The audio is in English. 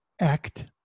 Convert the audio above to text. act